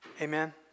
Amen